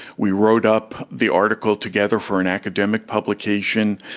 we wrote up the article together for an academic publication,